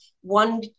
one